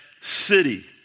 city